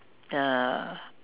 the